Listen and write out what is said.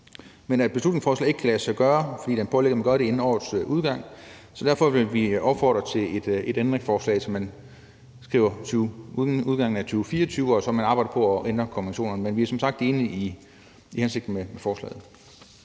men at beslutningsforslaget ikke kan lade sig gøre, fordi det pålægger regeringen at gøre det inden årets udgang. Derfor vil vi opfordre til, at man laver et ændringsforslag, hvor man skriver inden udgangen af 2024, og at man arbejder på at ændre konventionerne. Men vi er som sagt enige i hensigten med forslaget.